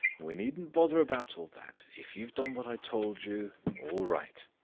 we needn't bother about all that. if you've done what i told you, all right.